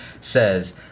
says